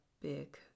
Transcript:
big